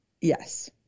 Yes